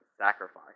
sacrifice